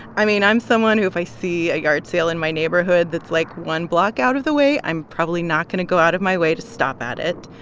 i mean, i'm someone who, if i see a yard sale in my neighborhood that's, like, one block out of the way, i'm probably not going to go out of my way to stop at it.